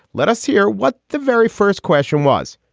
let us hear what the very first question was,